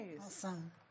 Awesome